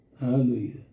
Hallelujah